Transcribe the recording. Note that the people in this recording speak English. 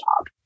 job